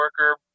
worker